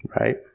Right